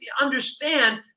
understand